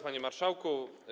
Panie Marszałku!